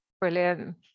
brilliant